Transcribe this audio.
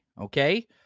okay